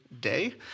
day